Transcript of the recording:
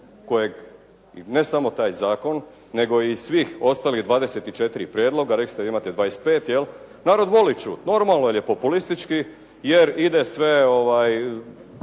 kojeg, i ne samo taj zakon nego i svih ostalih 24 prijedloga, rekli ste da imate 25 jel' narod voli čuti. Normalno jer je populistički, jer ide sve je